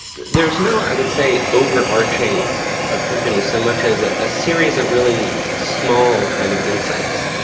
there is no, i would say, overarching epiphany so much as a ah series of really small kind of insights.